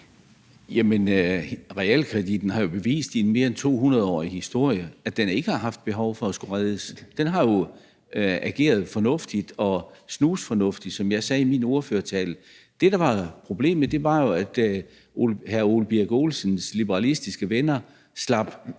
Jamen realkreditten har jo bevist i en mere end 200-årig historie, at den ikke har haft behov for at skulle reddes. Den har jo ageret fornuftigt og snusfornuftigt, som jeg sagde i min ordførertale. Det, der var problemet, var jo, at hr. Ole Birk Olesens liberalistiske venner slap